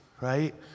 right